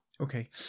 Okay